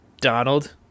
Donald